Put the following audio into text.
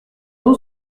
ont